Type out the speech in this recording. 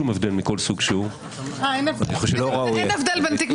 כך אתה רגיל.